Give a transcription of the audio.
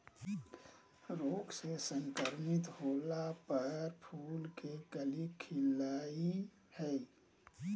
रोग से संक्रमित होला पर फूल के कली खिलई हई